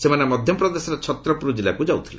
ସେମାନେ ମଧ୍ୟପ୍ରଦେଶର ଛତ୍ରପୁର ଜିଲ୍ଲାକୁ ଯାଉଥିଲେ